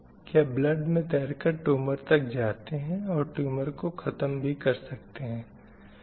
यह ब्लड में तैरकर टूमर तक जा सकते हैं और टूमर को ख़त्म भी कर सकते हैं